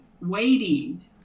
waiting